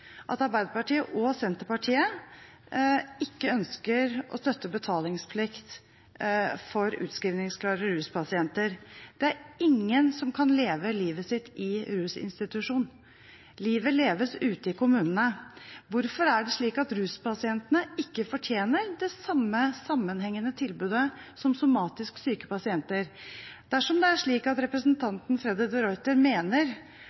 at Arbeiderpartiet og Senterpartiet ikke ønsker å støtte betalingsplikt for utskrivningsklare ruspasienter. Det er ingen som kan leve livet sitt i rusinstitusjon. Livet leves ute i kommunene. Hvorfor er det slik at ruspasientene ikke fortjener det samme sammenhengende tilbudet som somatisk syke pasienter? Dersom det er slik at representanten Freddy de Ruiter mener